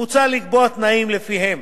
מוצע לקבוע תנאים שלפיהם